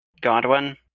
Godwin